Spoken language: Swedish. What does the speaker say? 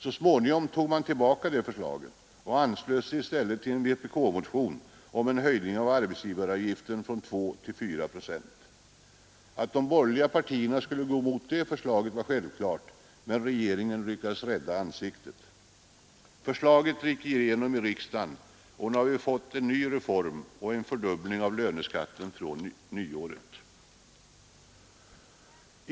Så småningom tog regeringen tillbaka sitt förslag och anslöt sig i stället till en vpk-motion om en höjning av arbetsgivaravgiften från 2 till 4 procent. Att de borgerliga partierna skulle gå emot det förslaget var självklart, men regeringen lyckades rädda ansiktet. Förslaget gick igenom i riksdagen. och nu har vi fått en ny ”reform” och en fördubbling av löneskatten från nyåret.